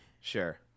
Sure